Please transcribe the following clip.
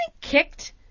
kicked